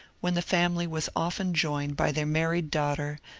when the family was often joined by their married daughter,